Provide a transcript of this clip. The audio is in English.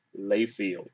Layfield